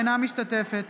אינה משתתפת